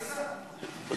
להריסה.